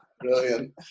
Brilliant